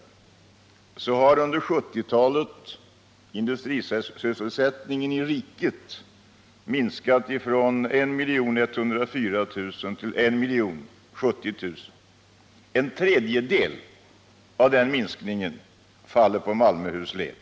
Under 1970-talet har antalet industrisysselsatta i riket minskat från 1 104 000 till 1070 000. En tredjedel av denna minskning faller på Malmöhus län.